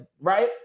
right